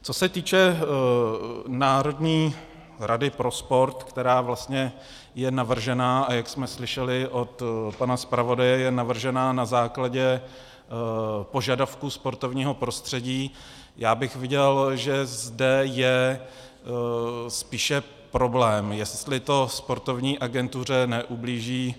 Co se týče Národní rady pro sport, která je navržena, a jak jsme slyšeli od pana zpravodaje, je navržena na základě požadavků sportovního prostředí, já bych viděl, že zde je spíše problém, jestli to sportovní agentuře neublíží.